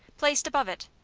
placed above it,